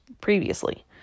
previously